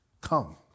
come